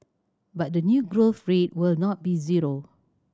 but the new growth rate will not be zero